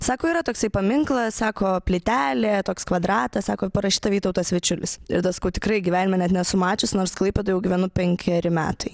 sako yra toksai paminklas sako plytelė toks kvadratas sako parašyta vytautas vičiulis ir tas ko tikrai gyvenime net nesu mačius nors klaipėdoje gyvenu penkeri metai